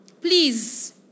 Please